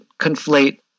conflate